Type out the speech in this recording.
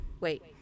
wait